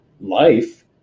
life